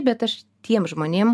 bet aš tiem žmonėm